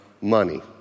money